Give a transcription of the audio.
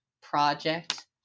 project